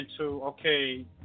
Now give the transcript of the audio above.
okay